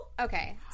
Okay